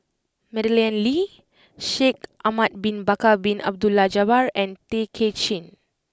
Madeleine Lee Shaikh Ahmad Bin Bakar Bin Abdullah Jabbar and Tay Kay Chin